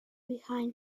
behind